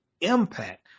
impact